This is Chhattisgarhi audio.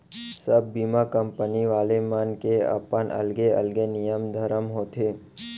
सब बीमा कंपनी वाले मन के अपन अलगे अलगे नियम धरम होथे